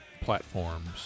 platforms